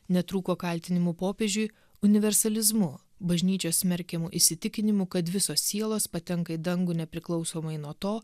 netrūko kaltinimų popiežiui universalizmu bažnyčios smerkiamu įsitikinimu kad visos sielos patenka į dangų nepriklausomai nuo to